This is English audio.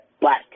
black